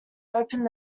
opened